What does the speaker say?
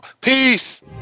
Peace